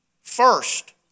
first